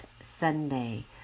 Sunday